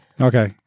Okay